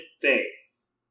face